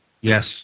Yes